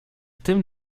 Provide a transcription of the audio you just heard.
tym